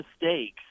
mistakes